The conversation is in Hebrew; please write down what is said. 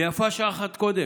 ויפה שעה אחת קודם,